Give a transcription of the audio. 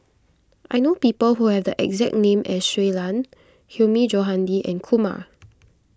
I know people who have the exact name as Shui Lan Hilmi Johandi and Kumar